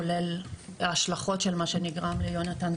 כולל ההשלכות של מה שנגרם ליונתן,